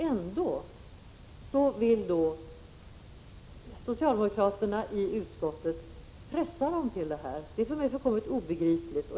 Ändå vill socialdemokraterna i utskottet pressa dem till detta. Det är för mig fullkomligt obegripligt.